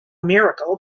miracle